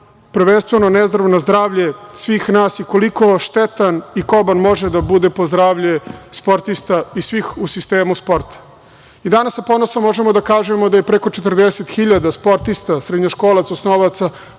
prvenstveno nezdravo na zdravlje svih nas i koliko štetan i koban može da bude po zdravlje sportista i svih u sistemu sporta. Danas sa ponosom možemo da kažemo da je preko 40.000 sportista, srednjoškolaca, osnovaca